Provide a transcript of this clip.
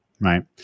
Right